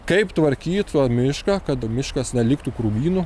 kaip tvarkyt va mišką kad miškas neliktų krūmynu